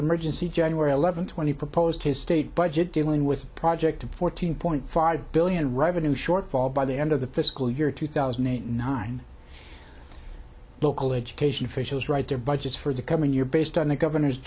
emergency january eleventh when he proposed his state budget dealing with project a fourteen point five billion revenue shortfall by the end of the fiscal year two thousand and nine local education officials write their budgets for the coming year based on the governor's